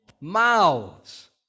mouths